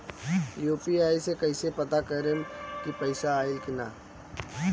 UPI से कईसे पता करेम की पैसा आइल की ना?